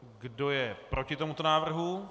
Kdo je proti tomuto návrhu?